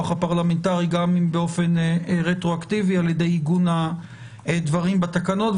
הפרלמנטרי גם אם באופן רטרואקטיבי על ידי עיגון הדברים בתקנות,